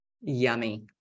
Yummy